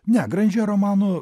ne granžė romanų